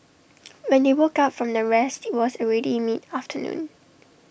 when they woke up from their rest IT was already mid afternoon